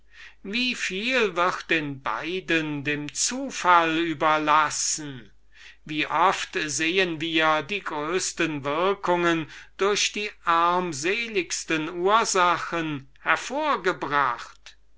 wie viel wird in beiden dem zufall überlassen wie oft sehen wir die größesten würkungen durch die armseligsten ursachen hervorgebracht